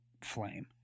flame